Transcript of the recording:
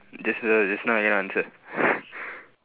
just now just now I cannot answer